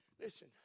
Listen